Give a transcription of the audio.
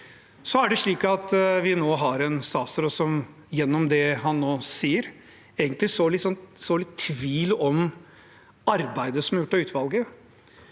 med dette. Nå har vi en statsråd som gjennom det han nå sier, egentlig sår litt tvil om arbeidet som er gjort av utvalget.